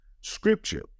scripture